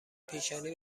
پیشانی